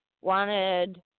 wanted